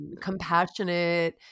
compassionate